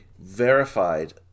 verified